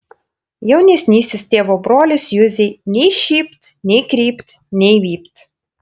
jaunesnysis tėvo brolis juzei nei šypt nei krypt nei vypt